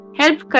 help